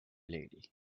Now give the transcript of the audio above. lady